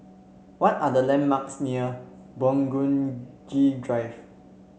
what are the landmarks near Burgundy Drive